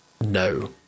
no